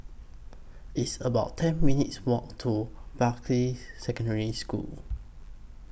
It's about ten minutes' Walk to Bartley Secondary School